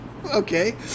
Okay